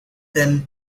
them